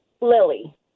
Lily